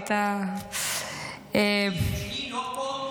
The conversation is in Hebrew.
היית --- כשהיא לא פה,